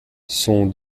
son